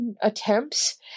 attempts